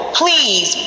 please